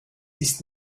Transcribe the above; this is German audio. ist